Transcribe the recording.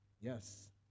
Yes